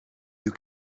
you